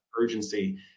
urgency